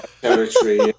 territory